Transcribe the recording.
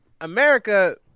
America